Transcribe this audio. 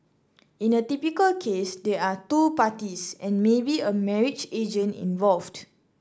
in a typical case there are two parties and maybe a marriage agent involved